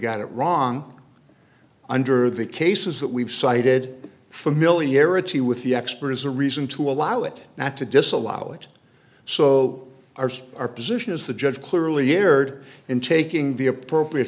got it wrong under the cases that we've cited familiarity with the expert is a reason to allow it not to disallow it so arse our position is the judge clearly erred in taking the appropriate